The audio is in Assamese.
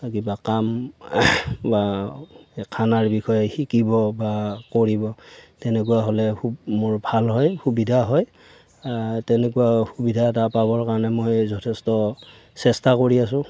কিবা কাম বা খানাৰ বিষয়ে শিকিব বা কৰিব তেনেকুৱা হ'লে খুব মোৰ ভাল হয় সুবিধা হয় তেনেকুৱা সুবিধা এটা পাবৰ কাৰণে মই যথেষ্ট চেষ্টা কৰি আছো